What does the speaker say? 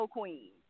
Queen